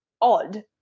odd